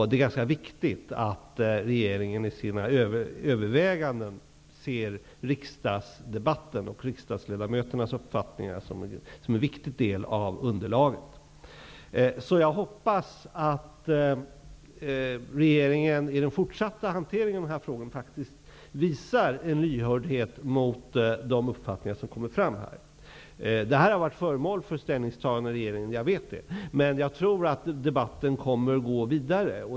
Det är ganska viktigt att regeringen i sina överväganden ser riksdagsdebatten och riksdagsledamöternas uppfattningar som en viktig del av underlaget. Jag hoppas att regeringen i samband med den fortsatta hanteringen av de här frågorna faktiskt visar en lyhördhet gentemot de uppfattningar som kommer fram. Detta har varit föremål för ställningstaganden i regeringen. Det vet jag. Men jag tror att debatten kommer att gå vidare.